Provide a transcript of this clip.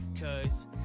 Cause